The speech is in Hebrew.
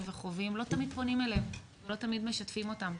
וחווים לא תמיד פונים אליהם ולא תמיד משתפים אותם.